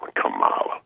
Kamala